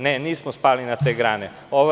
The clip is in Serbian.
Nismo spali na te grane.